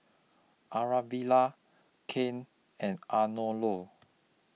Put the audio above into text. Aravilla Cain and Arnolo